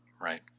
Right